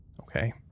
Okay